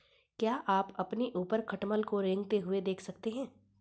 क्या आप अपने ऊपर खटमल को रेंगते हुए देख सकते हैं?